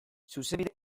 zuzenbide